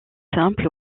simples